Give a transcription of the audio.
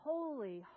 Holy